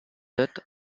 death